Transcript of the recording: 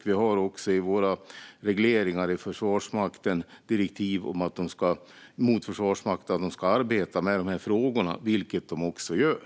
Vi har även i våra regleringar till Försvarsmakten direktiv om att de ska arbeta med de här frågorna, vilket de också gör.